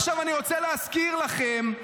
עכשיו אני רוצה להזכיר לכם,